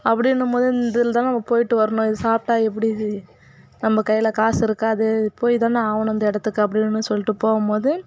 அப்படின்னும் போது இந்த இதில் தான் நம்ம போய்விட்டு வரணும் இது சாப்பிட்டா எப்படி இது நம்ம கையில் காசு இருக்காது போய் தானே ஆகணும் இந்த இடத்துக்கு அப்படின்னு சொல்லிட்டு போகும் போது